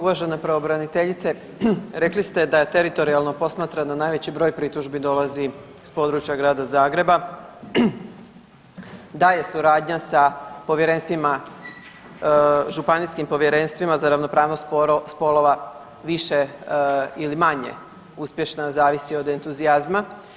Uvažena pravobraniteljice rekli ste da je teritorijalno posmatramo najveći broj pritužbi dolazi s područja grada Zagreba, da je suradnja sa povjerenstvima, županijskim povjerenstvima za ravnopravnost spolova više ili manje uspješna zavisi od entuzijazma.